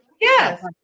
Yes